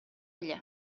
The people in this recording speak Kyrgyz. эле